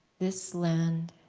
this land